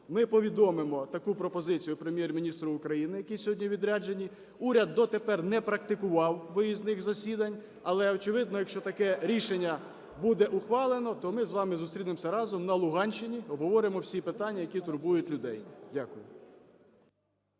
Ми повідомимо таку пропозицію Прем'єр-міністру України, який сьогодні у відрядженні, уряд до тепер не практикував виїзних засідань, але, очевидно, якщо таке рішення буде ухвалено, то ми з вами зустрінемося разом на Луганщині, обговоримо всі питання, які турбують людей. Дякую.